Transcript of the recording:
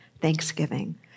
Thanksgiving